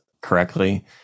correctly